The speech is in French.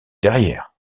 derrière